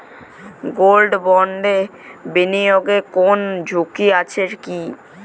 Gold বন্ডে বিনিয়োগে কোন ঝুঁকি আছে কি?